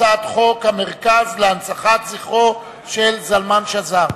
הצעת חוק המרכז להנצחת זכרו של זלמן שזר.